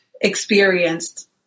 experienced